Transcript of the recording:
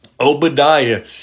Obadiah